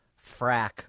frack